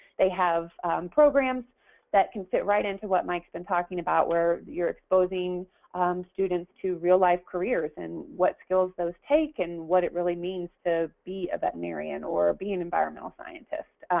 they have programs that can fit right into what mike's been talk about where you're exposing students to realize careers and what skills those take and what it really means to be a veterinarian or be an environmental scientist.